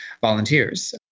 volunteers